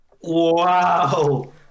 Wow